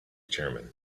chairman